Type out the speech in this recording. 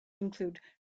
include